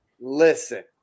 Listen